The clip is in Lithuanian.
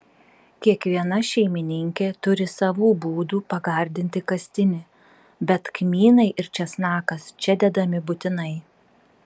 kiekviena šeimininkė turi savų būdų pagardinti kastinį bet kmynai ir česnakas čia dedami būtinai